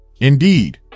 Indeed